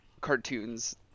cartoons